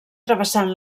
travessant